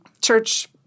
church